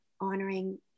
honoring